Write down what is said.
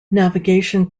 navigation